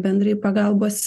bendrąjį pagalbos